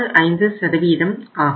65 ஆகும்